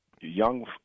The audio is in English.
young